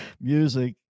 music